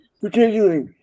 particularly